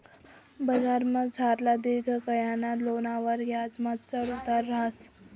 बजारमझारला दिर्घकायना लोनवरला याजमा चढ उतार रहास